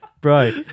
Bro